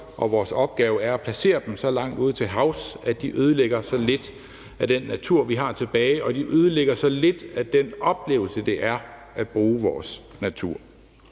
og vores opgave er at placere dem så langt ud til havs, at de ødelægger så lidt af den natur, vi har tilbage, og så de ødelægger så lidt af den oplevelse, det er at bruge vores natur.